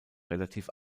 relativ